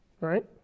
Right